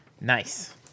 Nice